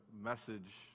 message